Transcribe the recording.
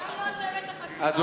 גם לא צוות החשיבה,